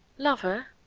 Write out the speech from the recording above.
lover,